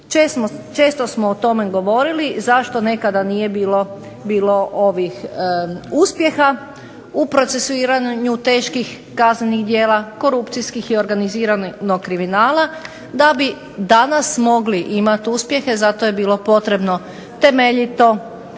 Često smo o tome govorili zašto nekada nije bilo uspjeha u procesuiranju teških kaznenih djela, korupcijskih i organiziranog kriminala da bi danas mogli imati uspjehe. Zato je bilo potrebno temeljito